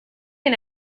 and